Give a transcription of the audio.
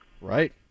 Right